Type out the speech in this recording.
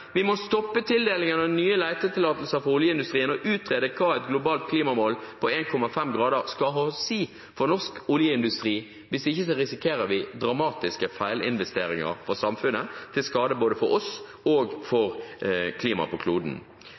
Vi må stoppe tildelingen av nye letetillatelser for oljeindustrien og utrede hva et globalt klimamål på 1,5 grader skal ha å si for norsk oljeindustri – hvis ikke risikerer vi dramatiske feilinvesteringer for samfunnet, til skade både for oss og for klimaet på kloden.